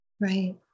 Right